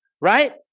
right